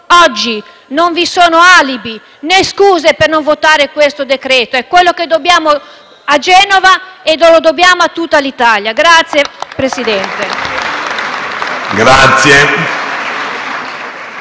Oggi non vi sono alibi né scuse per non votare questo decreto: è quello che dobbiamo a Genova e che dobbiamo a tutta l’Italia. (Applausi